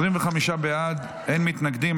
25 בעד, אין מתנגדים.